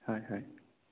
হয় হয়